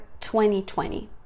2020